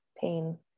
pain